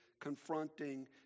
confronting